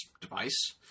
device